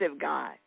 God